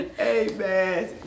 amen